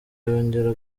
yongera